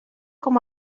com